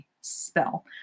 spell